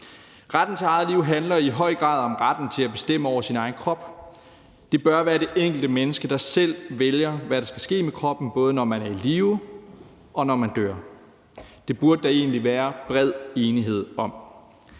Retten til eget liv handler i høj grad om retten til at bestemme over sin egen krop. Det bør være det enkelte menneske, der selv vælger, hvad der skal ske med ens krop, både når man er i live, og når man dør. Det burde der egentlig være bred enighed om.